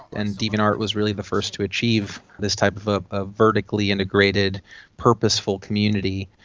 and deviantart was really the first to achieve this type of of a vertically integrated purposeful community.